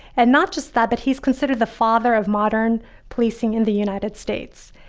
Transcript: and not just that, but he's considered the father of modern policing in the united states.